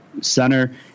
center